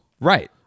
Right